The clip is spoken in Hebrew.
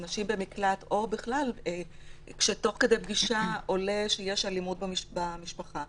נשים במקלט או כשתוך כדי פגישה עולה שיש אלימות במשפחה,